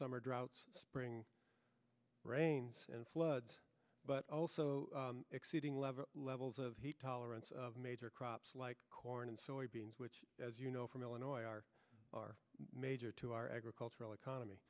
summer droughts spring rains and floods but also exceeding level levels of heat tolerance of major crops like corn and soybeans which as you know from illinois are are major to our agricultural economy